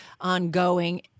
ongoing